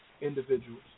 individuals